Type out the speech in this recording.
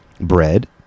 bread